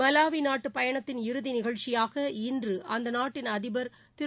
Malawi நாட்டு பயணத்தின் இறுதி நிகழ்ச்சியாக இன்று அந்த நாட்டின் அதிபர் திரு